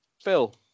Phil